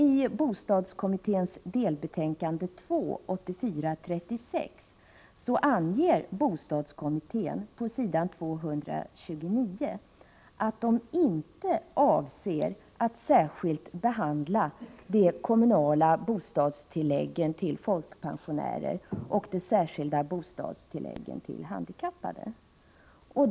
I bostadskommitténs delbetänkande 2, 84:36, anger bostadskommittén på s. 229 att den inte avser att särskilt behandla de kommunala bostadstilläggen för folkpensionärer och de särskilda bostadstilläggen för handikappade.